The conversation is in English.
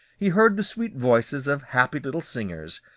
he heard the sweet voices of happy little singers,